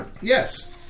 Yes